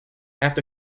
after